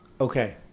Okay